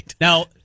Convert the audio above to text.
Now